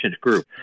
group